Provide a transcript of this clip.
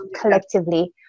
collectively